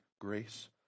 grace